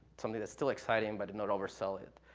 something that's still exciting, but not oversell it.